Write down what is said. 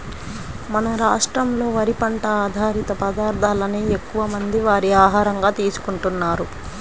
మన రాష్ట్రంలో వరి పంట ఆధారిత పదార్ధాలనే ఎక్కువమంది వారి ఆహారంగా తీసుకుంటున్నారు